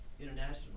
international